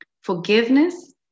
Forgiveness